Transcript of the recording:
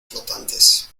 flotantes